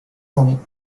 from